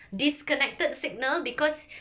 disconnected signal because